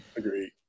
agree